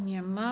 Nie ma.